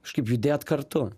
kažkaip judėt kartu